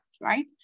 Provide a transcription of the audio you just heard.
right